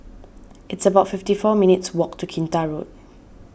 it's about fifty four minutes' walk to Kinta Road